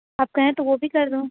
آپ کہیں تو وہ بھی کر دوں